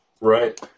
Right